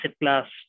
class